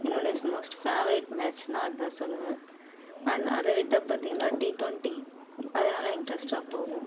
என்னோடய most favourite மேட்ச்னால் அதுதான் சொல்லுவேன் அண்ட் அதை விட்டால் பார்த்தீங்கன்னா டி டுவெண்ட்டி அது நல்லா இன்ட்ரெஸ்ட்டாக போகும்